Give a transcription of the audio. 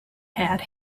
had